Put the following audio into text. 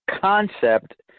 concept